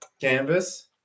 canvas